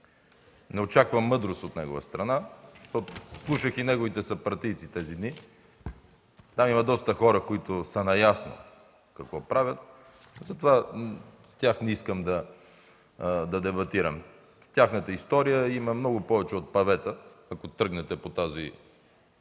Не очаквам мъдрост от негова страна. Слушах и неговите съпартийци тези дни. Там има доста хора, които са наясно какво правят. С тях не искам да дебатирам. В тяхната история има много повече от павета, ако тръгнете с тази